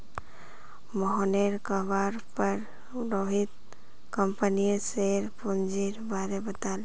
मोहनेर कहवार पर रोहित कंपनीर शेयर पूंजीर बारें बताले